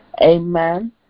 Amen